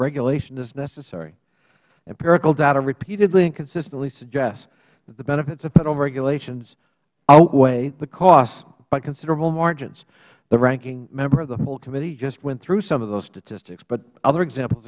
regulation is necessary empirical data repeatedly and consistently suggests that the benefits of federal regulations outweigh the costs by considerable margins the ranking member of the full committee just went through some of those statistics but other examples